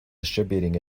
distributing